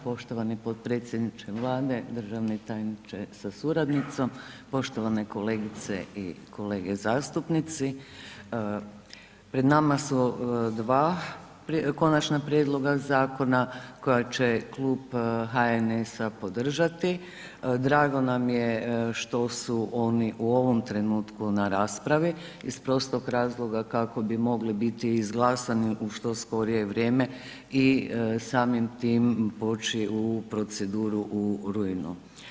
Poštovani potpredsjedniče Vlade, državni tajniče sa suradnicom, poštovane kolegice i kolege zastupnici, pred nama su dva konačna prijedloga zakona koja će Klub HNS-a podržati, drago nam je što su oni u ovom trenutku na raspravi iz prostog razloga kako bi mogli biti izglasani u što skorije vrijeme i samim tim poći u proceduru u rujnu.